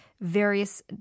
various